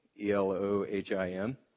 E-L-O-H-I-M